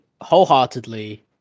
wholeheartedly